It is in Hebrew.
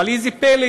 אבל ראה זה פלא,